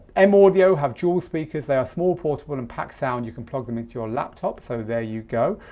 m-audio have dual speakers. they are small, portable and pack sound. you can plug them into your laptop, so there you go.